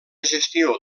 gestió